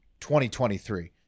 2023